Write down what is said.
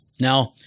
Now